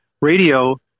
radio